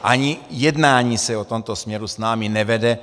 Ani jednání se o tomto směru s námi nevede.